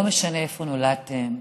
לא משנה איפה נולדתם,